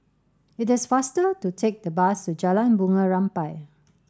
it is faster to take the bus to Jalan Bunga Rampai